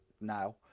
now